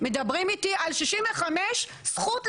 מדברים איתי על 65 זכות,